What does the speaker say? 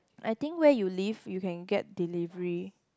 I think where you live you can get delivery